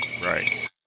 Right